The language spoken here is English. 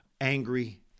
angry